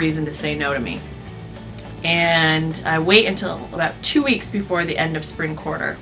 reason to say no to me and i wait until about two weeks before the end of spring quarter